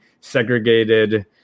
segregated